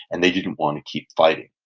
and they didn't want to keep fighting.